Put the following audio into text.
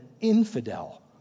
infidel